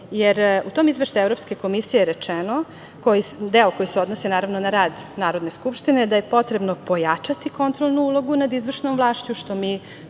Jer, u tom Izveštaju Evropske komisije je rečeno, deo koji se odnosi na rad Narodne skupštine, da je potrebno pojačati kontrolnu ulogu nad izvršnom vlašću, što mi